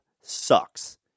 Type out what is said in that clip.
sucks